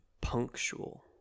punctual